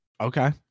okay